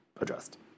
addressed